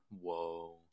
Whoa